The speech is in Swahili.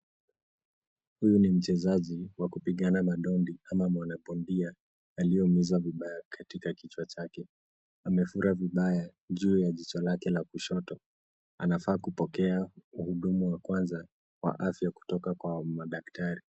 Huyu ni mchezaji wa kupigana na dondi ama mwana bondia aliyeumizwa vibaya katika kichwa chake. Amefura vibaya juu la jicho lake la kushoto. Anafaa kupokea uhudumu wa kwanza wa afya kutoka kwa madaktari.